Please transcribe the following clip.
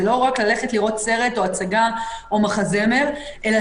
זה לא רק ללכת לראות סרט או הצגה או מחזמר אלא